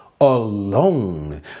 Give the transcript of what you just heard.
alone